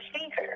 speaker